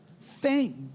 Thank